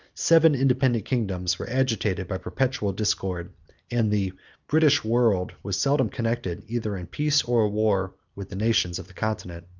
seven independent kingdoms were agitated by perpetual discord and the british world was seldom connected, either in peace or war, with the nations of the continent.